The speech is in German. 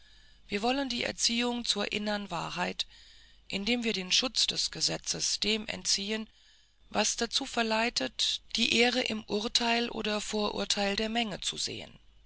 wir wollen die erziehung zur innern wahrheit indem wir den schutz des gesetzes dem entziehen was dazu verleitet die ehre im urteil oder vorurteil der menge zu sehen